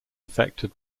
affected